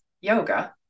yoga